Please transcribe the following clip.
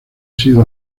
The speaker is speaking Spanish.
sido